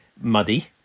muddy